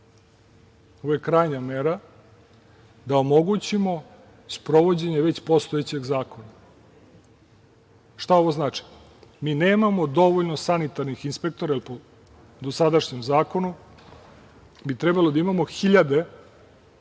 ovo je krajnja mera, da omogućimo sprovođenje već postojećeg zakona. Šta ovo znači? Mi nemamo dovoljno sanitarnih inspektora, jer po dosadašnjem zakonu bi trebali da imamo hiljade sanitarnih